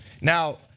Now